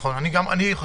גם אני חושב.